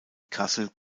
kassel